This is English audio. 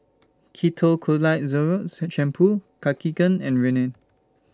Ketoconazole Shampoo Cartigain and Rene